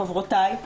חברותיי,